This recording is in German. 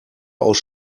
aus